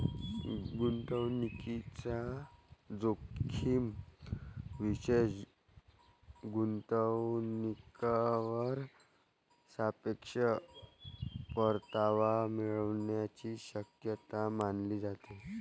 गुंतवणूकीचा जोखीम विशेष गुंतवणूकीवर सापेक्ष परतावा मिळण्याची शक्यता मानली जाते